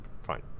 Fine